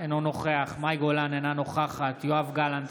אינו נוכח מאי גולן, אינה נוכחת יואב גלנט,